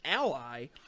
ally